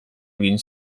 egin